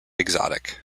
exotic